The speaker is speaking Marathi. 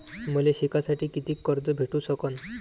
मले शिकासाठी कितीक कर्ज भेटू सकन?